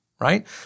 Right